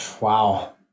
Wow